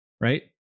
right